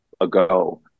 ago